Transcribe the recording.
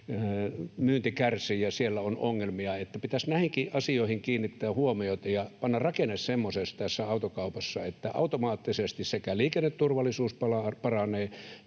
myynti kärsii, ja siellä on ongelmia, niin että pitäisi näihinkin asioihin kiinnittää huomiota ja panna rakenne semmoiseksi tässä autokaupassa, että automaattisesti liikenneturvallisuus paranee